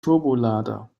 turbolader